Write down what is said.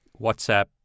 WhatsApp